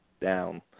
down